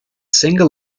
single